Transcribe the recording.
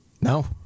No